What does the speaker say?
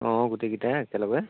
অঁ গোটেইকেইটাই একেলগে